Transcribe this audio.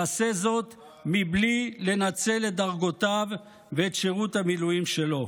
יעשה זאת בלי לנצל את דרגותיו ואת שירות המילואים שלו.